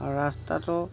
ৰাস্তাটো